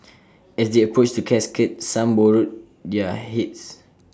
as they approached the casket some bowed their heads